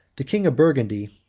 the king of burgundy,